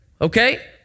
okay